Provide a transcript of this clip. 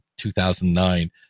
2009